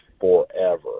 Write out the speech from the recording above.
forever